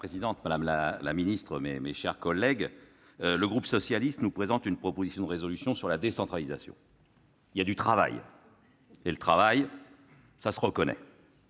Madame la présidente, madame la ministre, mes chers collègues, le groupe socialiste nous présente une proposition de résolution sur la décentralisation. Il faut reconnaître qu'il y a du travail.